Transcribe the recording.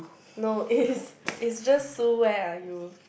no is is just Sue where are you